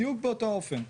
בדיוק באותו האופן.